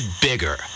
bigger